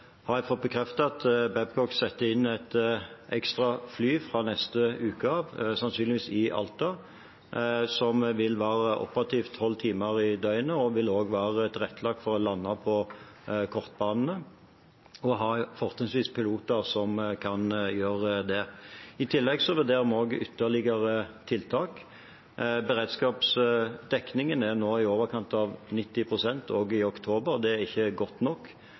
fått bekreftet at Babcock setter inn et ekstra fly fra neste uke av, sannsynligvis i Alta, som vil være operativt tolv timer i døgnet. Det vil også være tilrettelagt for å lande på kortbanene og har fortrinnsvis piloter som kan gjøre det. I tillegg vurderer vi ytterligere tiltak. Beredskapsdekningen er nå i overkant av 90 pst., også i oktober. Det er ikke godt nok,